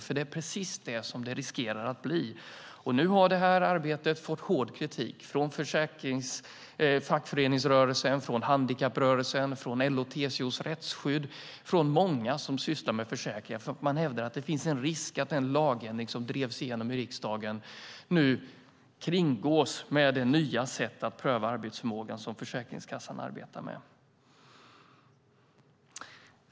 Det är nämligen precis det som det riskerar att bli. Nu har det här arbetet fått hård kritik från fackföreningsrörelsen, från handikapprörelsen, från LO-TCO:s Rättsskydd och många som sysslar med försäkringar. Man hävdar att det finns en risk att den lagändring som drevs igenom i riksdagen nu kringgås med det nya sätt att pröva arbetsförmågan som Försäkringskassan arbetar med.